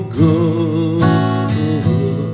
good